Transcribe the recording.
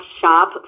shop